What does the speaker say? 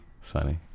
Sunny